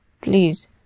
Please